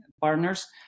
partners